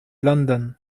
لندن